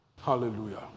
Hallelujah